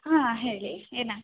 ಹಾಂ ಹೇಳಿ ಏನ